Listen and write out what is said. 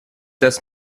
das